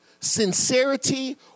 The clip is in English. sincerity